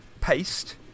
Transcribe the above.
paste